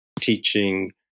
teaching